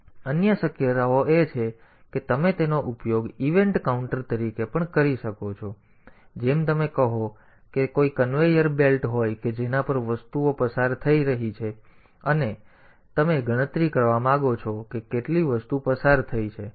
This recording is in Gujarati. અન્ય શક્યતાઓ એ છે કે તમે તેનો ઉપયોગ ઇવેન્ટ કાઉન્ટર તરીકે પણ કરી શકો છો જેમ કે તમે કહો છો કે જો ત્યાં કોઈ કન્વેયર બેલ્ટ હોય કે જેના પર કઈ વસ્તુઓ પસાર થઈ રહી છે અને તમે ગણતરી કરવા માંગો છો કે કેટલી વસ્તુઓ પસાર થઈ છે